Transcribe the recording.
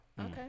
Okay